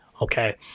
okay